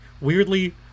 Weirdly